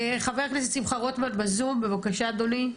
חבר הכנסת שמחה רוטמן בזום, בבקשה אדוני.